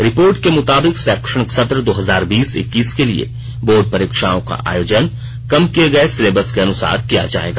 report के मुताबिक शैक्षणिक सत्र दो हजार बीस इक्कीस के लिये बोर्ड परीक्षाओं का आयोजन कम किये गये सिलेबस के अनुसार किया जायेगा